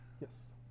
Yes